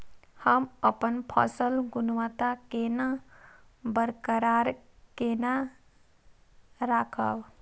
हम अपन फसल गुणवत्ता केना बरकरार केना राखब?